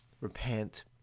repent